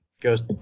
Goes